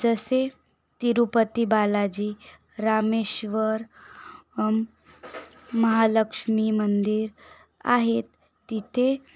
जसे तिरूपती बालाजी रामेश्वर महालक्ष्मी मंदिर आहेत तिथे